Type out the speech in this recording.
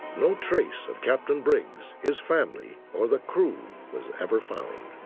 no trace of captain briggs, his family, or the crew was ever found.